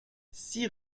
six